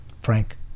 Frank